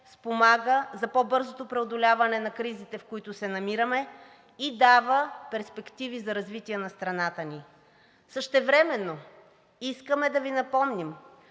спомага за по-бързото преодоляване на кризите, в които се намираме, и дава перспективи за развитие на страната ни. Същевременно искаме да Ви напомним,